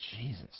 Jesus